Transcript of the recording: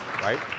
right